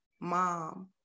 mom